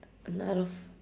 another f~